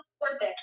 perfect